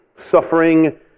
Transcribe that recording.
suffering